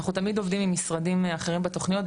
אנחנו תמיד עובדים עם משרדים אחרים בתוכניות,